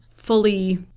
fully